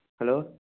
hello